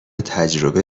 تجربه